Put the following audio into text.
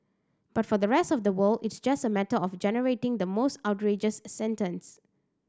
but for the rest of the world it's just a matter of generating the most outrageous sentence